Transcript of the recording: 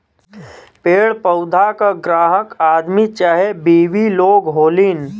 पेड़ पउधा क ग्राहक आदमी चाहे बिवी लोग होलीन